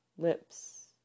Lips